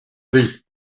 drie